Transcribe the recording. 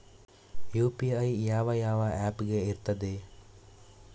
UPI ಯಾವ ಯಾವ app ಗೆ ಇರ್ತದೆ?